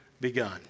begun